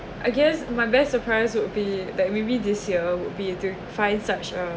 I guess my best surprise would be that maybe this year would be to find such a